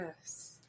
Yes